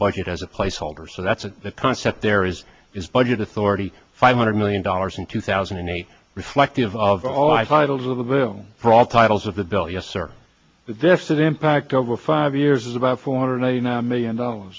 budget as a placeholder so that's the concept there is is budget authority five hundred million dollars in two thousand and eight reflective of all i finals of the bill for all titles of the bill yes sir this is impact over five years is about four hundred eighty nine million dollars